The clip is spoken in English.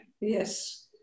yes